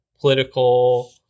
political